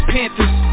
Panthers